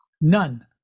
None